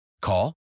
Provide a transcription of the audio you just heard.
Call